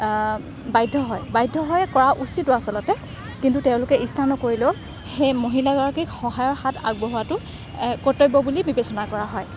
বাধ্য হয় বাধ্য হয় কৰা উচিতো আচলতে কিন্তু তেওঁলোকে ইচ্ছা নকৰিলেও সেই মহিলাগৰাকীক সহায়ৰ হাত আগবঢ়োৱাতো কৰ্তব্য বুলি বিবেচনা কৰা হয়